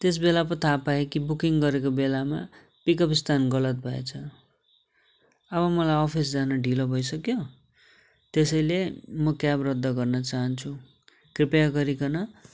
त्यस बेला पो थाहा पाएँ कि बुकिङ गरेको बेलामा पिक अप स्थान गलत भएछ अब मलाई अफिस जान ढिलो भइसक्यो त्यसैले म क्याब रद्द गर्न चाहन्छु कृपया गरीकन